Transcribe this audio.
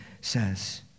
says